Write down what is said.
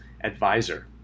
advisor